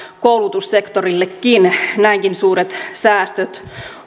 koulutussektorillekin näinkin suuret säästöt